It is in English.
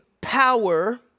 power